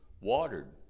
watered